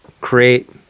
create